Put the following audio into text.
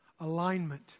Alignment